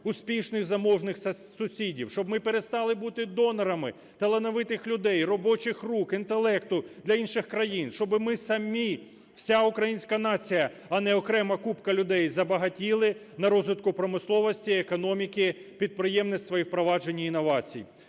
успішних і заможних сусідів, щоб ми перестали бути донорами талановитих людей, робочих рук, інтелекту для інших країн, щоб ми самі - вся українська нація, а не окрема купка людей, забагатіли на розвитку промисловості, економіки, підприємництва і впровадження інновацій.